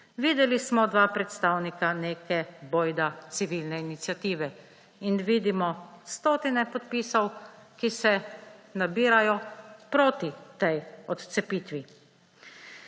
Videli smo dva predstavnika neke bojda civilne iniciative in vidimo stotine podpisov, ki se nabirajo proti tej odcepitvi.